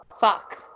fuck